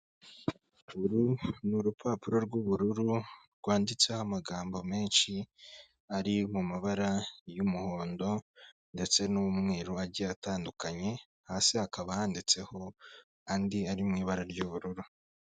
Uru ni urupapuro rw'ubururu, rwanditseho amagambo menshi ari mu mabara y'umuhondo ndetse n'umweru agiye atandukanye, hasi hakaba handitseho andi ari mu ibara ry'ubururu.